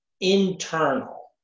internal